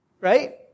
Right